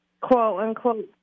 quote-unquote